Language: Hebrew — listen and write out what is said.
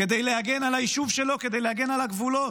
כדי להגן על היישוב שלו, כדי להגן על הגבולות,